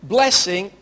Blessing